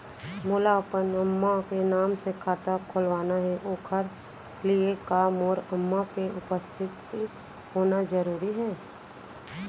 मोला अपन अम्मा के नाम से खाता खोलवाना हे ओखर लिए का मोर अम्मा के उपस्थित होना जरूरी हे?